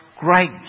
great